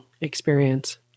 experience